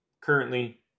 Currently